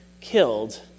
killed